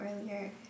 earlier